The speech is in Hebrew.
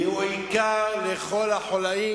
"והוא עיקר לכל החוליים